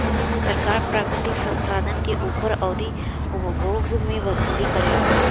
सरकार प्राकृतिक संसाधन के ऊपर अउरी उपभोग मे वसूली करेला